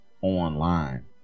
online